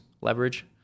leverage